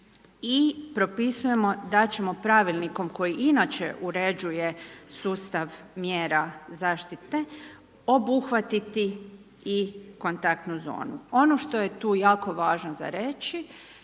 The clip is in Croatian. i prepisujemo da će pravilnikom koji inače uređuje sustav mjera zaštite, obuhvatiti i kontaktnu zonu. Ono što je tu jako važno za reći,